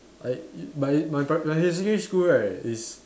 I my my pri~ my secondary school right is